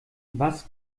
was